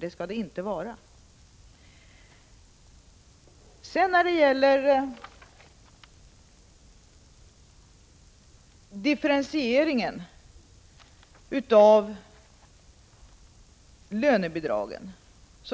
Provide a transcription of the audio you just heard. Det skall de alltså inte vara. Vad beträffar differentieringen av lönebidraget